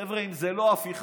חבר'ה, אם זה לא הפיכה.